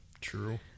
True